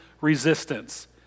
resistance